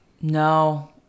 No